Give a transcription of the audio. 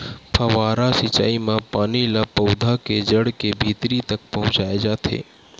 फव्हारा सिचई म पानी ल पउधा के जड़ के भीतरी तक पहुचाए जाथे